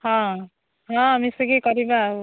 ହଁ ହଁ ମିଶିକି କରିବା ଆଉ